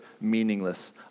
meaningless